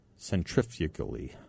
Centrifugally